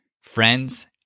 friends